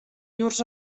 llurs